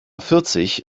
vierzig